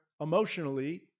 emotionally